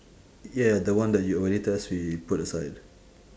ya the one that you already test we put aside